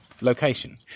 location